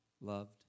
loved